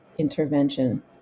intervention